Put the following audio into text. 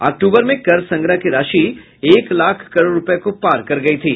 अक्टूबर में कर संग्रह की राशि एक लाख करोड़ रुपये को पार कर गई थी